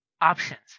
Options